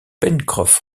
pencroff